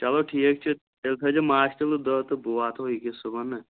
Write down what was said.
چَلو ٹھیٖک چھِ تیٚلہِ تھٲے زِ ماچھ کِلوٗ دہ تہٕ بہٕ واتو ییٚکیاہ صُبحن نہ